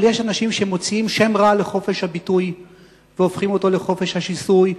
אבל יש אנשים שמוציאים שם רע לחופש הביטוי והופכים אותו לחופש השיסוי,